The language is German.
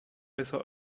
besser